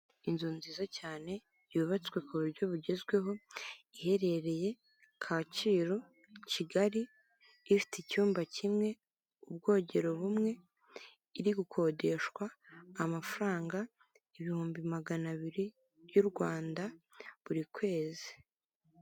Inzu nziza cyane, yubatswe ku buryo bugezweho, iherereye Kacyiru Kigali, ifite icyumba kimwe, ubwogero bumwe, iri gukodeshwa amafaranga ibihumbi magana abiri y'u Rwanda buri kwezi.